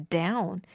down